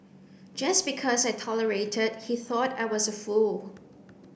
just because I tolerated he thought I was a fool